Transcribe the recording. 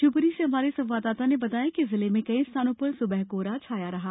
शिवपूरी से हमारे संवाददाता ने बताया है कि जिले में कई स्थानों पर सुबह कोहरा छाया रहा